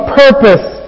purpose